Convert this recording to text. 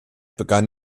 begann